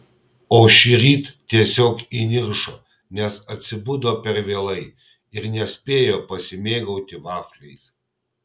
o šįryt tiesiog įniršo nes atsibudo per vėlai ir nespėjo pasimėgauti vafliais